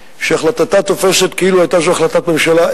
שהחלטתה תופסת כאילו היתה זו החלטת ממשלה,